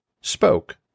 spoke